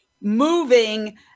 moving